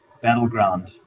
battleground